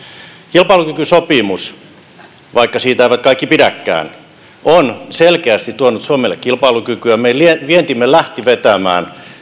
kilpailukykysopimus vaikka siitä eivät kaikki pidäkään on selkeästi tuonut suomelle kilpailukykyä meidän vientimme lähti vetämään